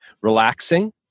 relaxing